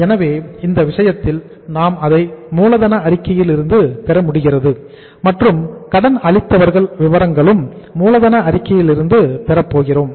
எனவே இந்த விஷயத்தில் நாம் அதை மூலதன அறிக்கையில் இருந்து பெற முடிகிறது மற்றும் கடன் அளித்தவர்கள் விவரங்களும் மூலதன அறிக்கையிலிருந்து பெறப்போகிறோம்